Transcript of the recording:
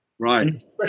Right